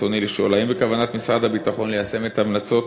ברצוני לשאול: 1. האם בכוונת משרד הביטחון ליישם את המלצות